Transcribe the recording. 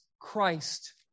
Christ